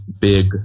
big